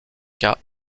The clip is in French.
cas